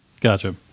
Gotcha